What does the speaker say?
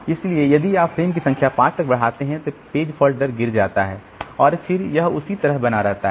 इसलिए यदि आप फ़्रेम की संख्या 5 तक बढ़ाते हैं तो पेज फॉल्ट दर गिर जाता है और फिर यह उसी तरह बना रहता है